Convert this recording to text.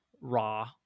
raw